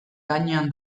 gainean